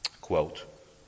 Quote